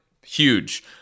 huge